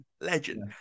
legend